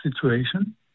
situation